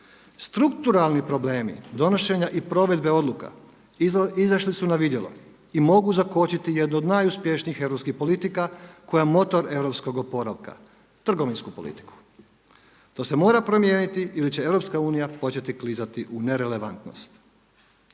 Strukturalni problemi donošenja i provedbe odluka izašli su na vidjelo i mogu zakočiti jednu od najuspješnijih europskih politika koja je motor europskog oporavka, trgovinsku politiku. To se mora promijeniti ili će EU početi klizati u nerelevantnost.